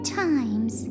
times